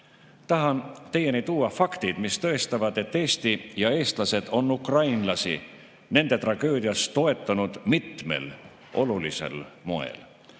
jõuda. Tahan teieni tuua faktid, mis tõestavad, et Eesti ja eestlased on ukrainlasi nende tragöödias toetanud mitmel olulisel moel.